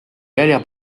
välja